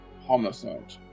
Homicide